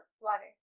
Water